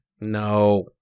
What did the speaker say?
No